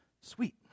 Sweet